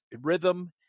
rhythm